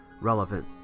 relevant